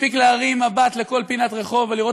מספיק להרים מבט לכל פינת רחוב ולראות